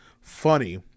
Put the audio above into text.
Funny